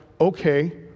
okay